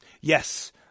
Yes